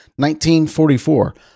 1944